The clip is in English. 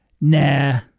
Nah